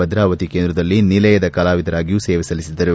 ಭದ್ರಾವತಿ ಕೇಂದ್ರದಲ್ಲಿ ನಿಲಯದ ಕಲಾವಿದರಾಗಿಯೂ ಸೇವೆಸಲ್ಲಿಸಿದ್ದರು